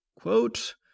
Quote